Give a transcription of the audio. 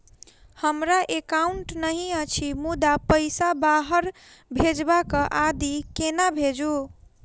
हमरा एकाउन्ट नहि अछि मुदा पैसा बाहर भेजबाक आदि केना भेजू?